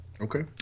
Okay